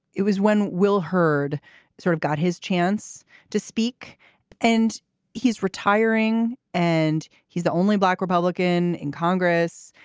it was when wil heard sort of got his chance to speak and he's retiring and he's the only black republican in congress.